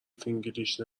فینگلیش